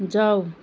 जाऊ